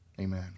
amen